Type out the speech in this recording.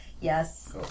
Yes